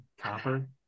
copper